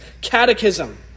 Catechism